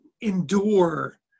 endure